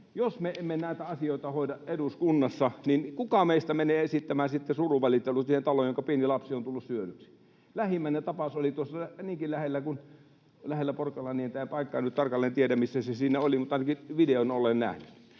jos me emme näitä asioita hoida eduskunnassa, niin kuka meistä menee esittämään sitten surunvalittelut siihen taloon, jonka pieni lapsi on tullut syödyksi? Lähin tapaus oli tuossa niinkin lähellä kuin lähellä Porkkalannientä — paikkaa en nyt tarkalleen tiedä, missä se siinä oli, mutta ainakin videon olen nähnyt.